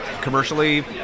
commercially